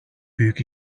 büyük